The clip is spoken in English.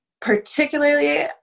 particularly